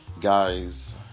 guys